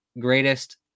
greatest